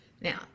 now